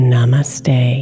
Namaste